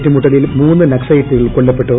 ഏറ്റുമുട്ടലിൽ മൂന്ന് ന്ക്ക്സ്ലേറ്റുകൾ കൊല്ലപ്പെട്ടു